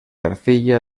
arcilla